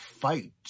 fight